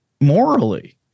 morally